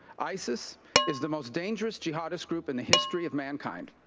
isis is the most dangerous jihadist group in the history of mankind.